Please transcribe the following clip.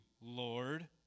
Lord